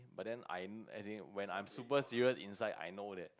but then I as in when I'm super serious inside I know that